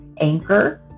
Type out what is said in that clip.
Anchor